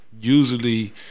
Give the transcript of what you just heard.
Usually